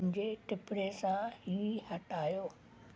मुंहिंजे टिपणे सां हीअ हटायो